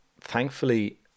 thankfully